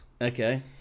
Okay